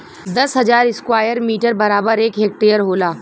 दस हजार square metre बराबर एक हेक्टेयर होला